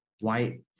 white